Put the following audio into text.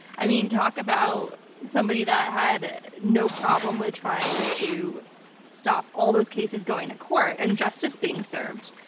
i mean talk about somebody that had no problem with trying to stop all those cases going to court and justice being served.